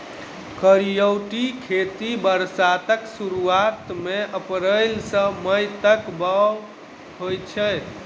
करियौती खेती बरसातक सुरुआत मे अप्रैल सँ मई तक बाउग होइ छै